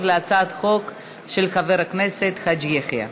על הצעת חוק של חבר הכנסת עבד אל חכים חאג' יחיא.